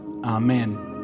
Amen